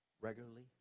regularly